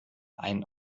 ein